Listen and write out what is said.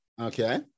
okay